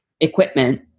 equipment